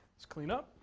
let's clean up.